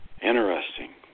Interesting